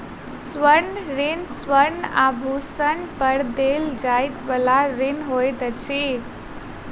स्वर्ण ऋण स्वर्ण आभूषण पर देल जाइ बला ऋण होइत अछि